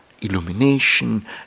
illumination